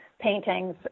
paintings